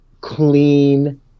clean